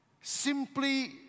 Simply